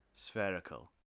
spherical